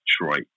Detroit